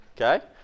Okay